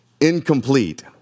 incomplete